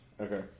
Okay